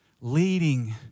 leading